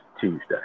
Tuesday